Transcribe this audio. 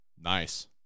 Nice